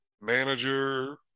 manager